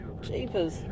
Jeepers